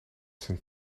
zijn